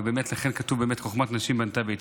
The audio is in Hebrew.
ולכן כתוב באמת "חכמת נשים בנתה ביתה".